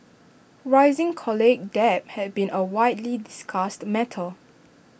rising college debt has been A widely discussed matter